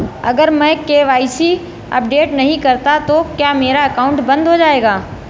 अगर मैं KYC update नहीं करता तो क्या मेरा अकाउंट बंद हो जाएगा?